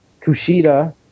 Kushida